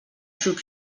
xup